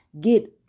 get